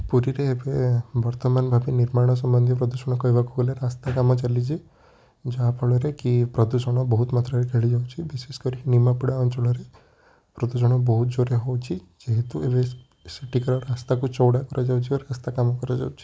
ପୁରୀରେ ଏବେ ଆ ବର୍ତ୍ତମାନ ଭାବେ ନିର୍ମାଣ ସମ୍ବନ୍ଧୀୟ ପ୍ରଦୂଷଣ କହିବାକୁ ଗଲେ ରାସ୍ତା କାମ ଚାଲିଛି ଯାହାଫଳରେକି ପ୍ରଦୂଷଣ ବହୁତ ମାତ୍ରାରେ ଖେଳିଯାଉଛି ବିଶେଷକରି ନିମାପଡ଼ା ଅଞ୍ଚଳରେ ପ୍ରଦୂଷଣ ବହୁତ ଜୋରରେ ହେଉଛି ଯେହେତୁ ଏବେ ସେଠିକାର ରାସ୍ତାକୁ ଚଉଡ଼ା କରାଯାଉଛି ଓ ରାସ୍ତାକାମ କରାଯାଉଛି